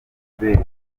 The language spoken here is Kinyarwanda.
albert